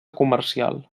comercial